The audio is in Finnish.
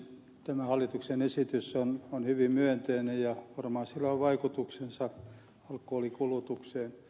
tämä hallituksen esitys on hyvin myönteinen ja varmaan sillä on vaikutuksensa alkoholin kulutukseen